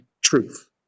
truth